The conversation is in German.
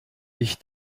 ich